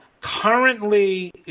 Currently